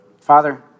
Father